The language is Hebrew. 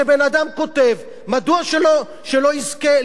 מדוע שלא יזכה לגמול על עבודתו?